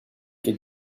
que